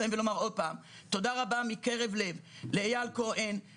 ולומר שוב: תודה רבה מקרב לב לאיל כהן,